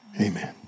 Amen